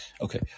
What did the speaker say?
Okay